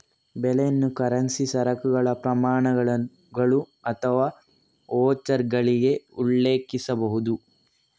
ಬೆಲೆಯನ್ನು ಕರೆನ್ಸಿ, ಸರಕುಗಳ ಪ್ರಮಾಣಗಳು ಅಥವಾ ವೋಚರ್ಗಳಿಗೆ ಉಲ್ಲೇಖಿಸಬಹುದು